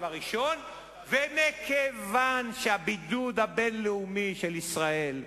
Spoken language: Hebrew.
הראשון ומכיוון שהבידוד הבין-לאומי של ישראל,